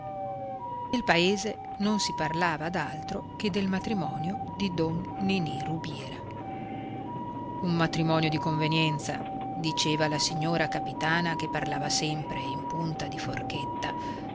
nel paese non si parlava d'altro che del matrimonio di don ninì rubiera un matrimonio di convenienza diceva la signora capitana che parlava sempre in punta di forchetta